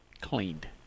cleaned